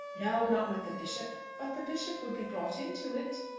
no, not with the bishop. but the bishop would be brought into it?